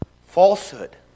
Falsehood